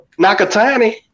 Nakatani